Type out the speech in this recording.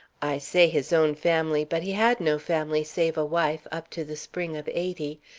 i say his own family, but he had no family, save a wife, up to the spring of eighty.